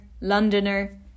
Londoner